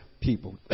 people